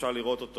שאפשר לראות על